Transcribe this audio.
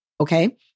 Okay